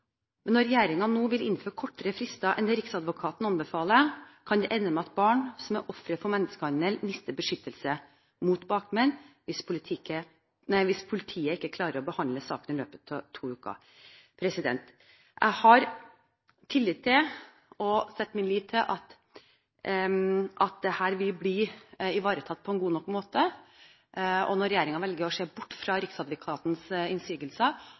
Når regjeringen nå vil innføre kortere frister enn det Riksadvokaten anbefaler, kan det ende med at barn som er ofre for menneskehandel, mister beskyttelse mot bakmenn – hvis politiet ikke klarer å behandle saken i løpet av to uker. Selv om regjeringen velger å se bort fra Riksadvokatens innsigelser, har jeg tillit til og setter min lit til at dette vil bli ivaretatt på en god nok måte.